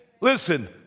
Listen